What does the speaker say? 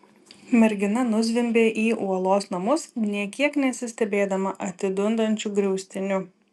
mergina nuzvimbė į uolos namus nė kiek nesistebėdama atidundančiu griaustiniu